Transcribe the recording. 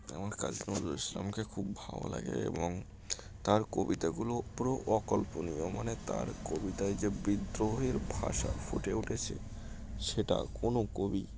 আমার কাজী নজরুল ইসলামকে খুব ভালো লাগে এবং তার কবিতাগুলো পুরো অকল্পনীয় মানে তার কবিতায় যে বিদ্রোহের ভাষা ফুটে উঠেছে সেটা কোনো কবি